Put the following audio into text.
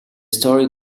story